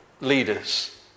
leaders